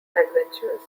adventures